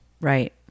Right